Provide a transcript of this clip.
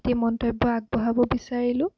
এটি মন্তব্য আগবঢ়াব বিচাৰিলোঁ